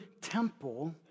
temple